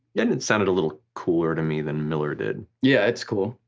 yeah and it sounded a little cooler to me than miller did. yeah, it's cool.